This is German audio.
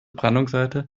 brandungsseite